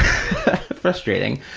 frustrating.